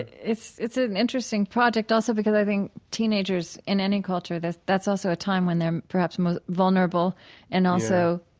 it's it's an interesting project also because i think teenagers in any culture, that's that's also a time when they're perhaps ah vulnerable and also,